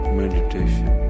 meditation